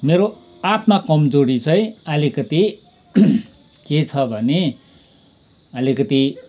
मेरो आत्मा कमजोरी चाहिँ आलिकति के छ भने आलिकति